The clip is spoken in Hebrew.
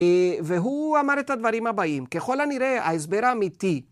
והוא אמר את הדברים הבאים, ככל הנראה ההסבר האמיתי.